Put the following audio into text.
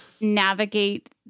navigate